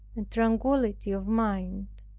and tranquility of mind.